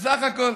בסך הכול.